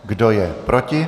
Kdo je proti?